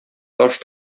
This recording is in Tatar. таш